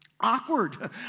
awkward